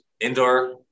indoor